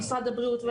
למשרד הבריאות,